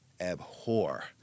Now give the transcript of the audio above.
abhor